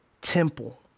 temple